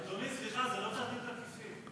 אדוני, סליחה, זה לא צעדים תקיפים.